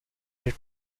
that